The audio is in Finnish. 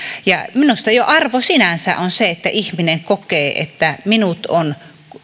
ja minusta jo arvo sinänsä on se että ihminen kokee että hänet on